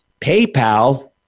PayPal